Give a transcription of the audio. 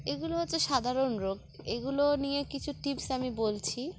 এগুলো হচ্ছে সাধারণ রোগ এগুলো নিয়ে কিছু টিপস আমি বলছি